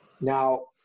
Now